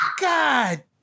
God